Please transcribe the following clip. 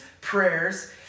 prayers